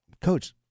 Coach